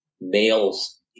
males